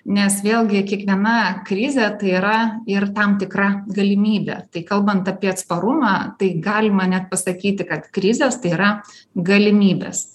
nes vėlgi kiekviena krizė tai yra ir tam tikra galimybė tai kalbant apie atsparumą tai galima net pasakyti krizės tai yra galimybės